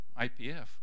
IPF